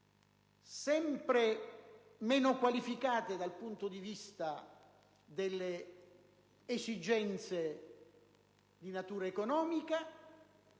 sempre meno qualificate dal punto di vista delle esigenze di natura economica,